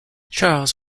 charles